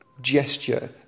gesture